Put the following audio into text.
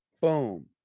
boom